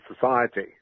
society